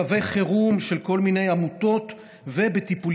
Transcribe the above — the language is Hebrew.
קווי חירום של כל מיני עמותות וטיפולים